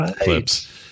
clips